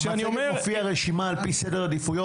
במצגת מופיעה רשימה על פי סדר עדיפויות?